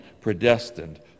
predestined